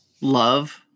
love